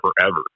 forever